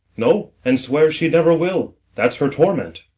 no and swears she never will that's her torment.